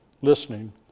listening